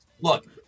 Look